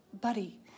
buddy